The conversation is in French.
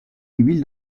huile